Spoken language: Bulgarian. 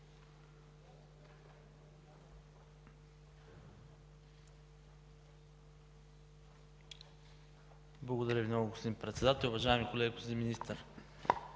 Благодаря Ви много, господин Председател. Уважаеми колеги! Господин Министър,